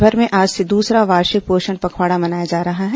देशभर में आज से दूसरा वार्षिक पोषण पखवाड़ा मनाया जा रहा है